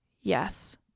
Yes